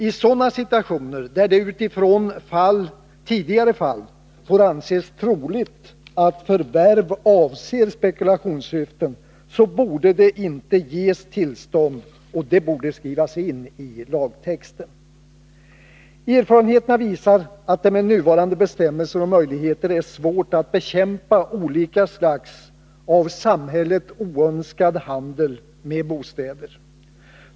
I sådana situationer — där det med utgångspunkt i tidigare fall får anses troligt att förvärv avser spekulationssyften — borde inte tillstånd ges, och detta borde skrivas in i lagtexten. Erfarenheterna visar att det med nuvarande bestämmelser och möjligheter är svårt att bekämpa olika slags — av samhället oönskad — handel med bostäder.